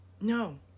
No